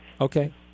Okay